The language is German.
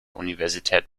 universität